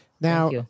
Now